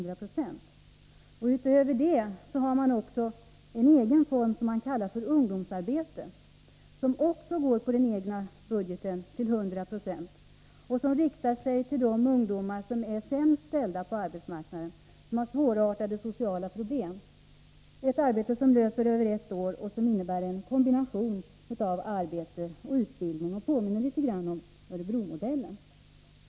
Därutöver har man också en egen form som man kallar för ungdomsarbete, som också till 100 96 finansieras över den egna budgeten och som riktar sig till de ungdomar som är sämst ställda på arbetsmarknaden, de som har svårartade sociala problem. Det är ett arbete som löper över ett år och som innebär en kombination av arbete och utbildning och litet grand påminner om Örebromodellen.